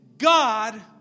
God